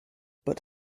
but